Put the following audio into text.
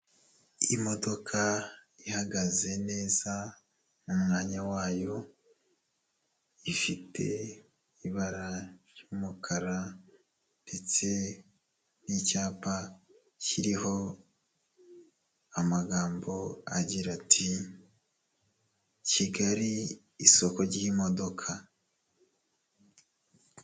Imodoka ihagaze neza mu mwanya wayo, ifite ibara ry'umukara ndetse n'icyapa kiriho amagambo agira ati:"Kigali isoko ry'imodoka."